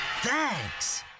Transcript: Thanks